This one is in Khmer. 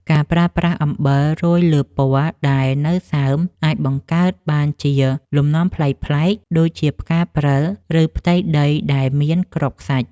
ការប្រើប្រាស់អំបិលរោយលើពណ៌ដែលនៅសើមអាចបង្កើតបានជាលំនាំប្លែកៗដូចជាផ្កាព្រិល ឬ ផ្ទៃដីដែលមានគ្រាប់ខ្សាច់។